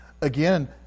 again